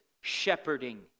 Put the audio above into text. shepherding